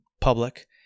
Public